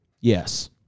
Yes